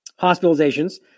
Hospitalizations